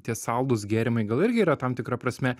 tie saldūs gėrimai gal irgi yra tam tikra prasme